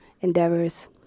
endeavors